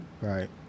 Right